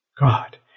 God